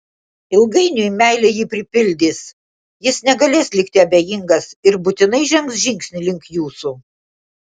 ilgainiui meilė jį pripildys jis negalės likti abejingas ir būtinai žengs žingsnį link jūsų